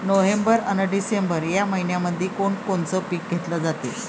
November अन December मइन्यामंधी कोण कोनचं पीक घेतलं जाते?